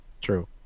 true